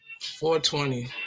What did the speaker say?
420